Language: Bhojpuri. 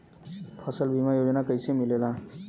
फसल बीमा योजना कैसे मिलेला?